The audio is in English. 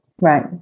right